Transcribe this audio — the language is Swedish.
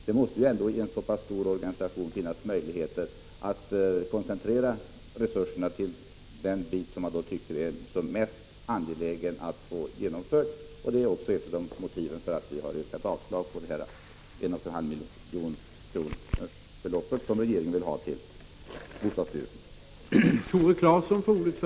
Det måste ändå, i en så pass stor organisation, finnas möjligheter att koncentrera resurserna till det man tycker är mest angeläget att genomföra. Det är också ett av motiven till att vi har yrkat avslag på det belopp på 1,5 milj.kr. som regeringen vill att bostadsstyrelsen skall ha.